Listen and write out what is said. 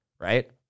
right